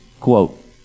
quote